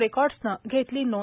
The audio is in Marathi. रेकॉर्डने घेतली नोंद